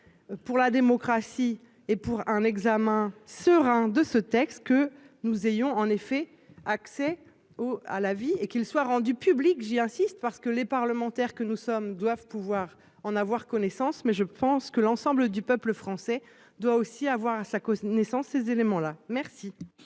Pour la démocratie et pour un examen serein de ce texte que nous ayons en effet accès au à la vie et qu'ils soient rendus publics, j'insiste parce que les parlementaires que nous sommes doivent pouvoir en avoir connaissance, mais je pense que l'ensemble du peuple français doit aussi avoir à sa cause naissance ces éléments-là. Merci.